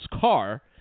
car